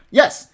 yes